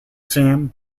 sam